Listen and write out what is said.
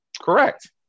Correct